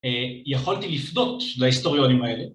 יכולתי לפדות להיסטוריונים האלה.